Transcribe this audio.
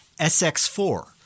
SX4